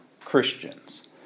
Christians